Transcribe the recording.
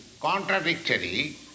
contradictory